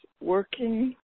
working